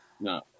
No